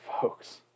folks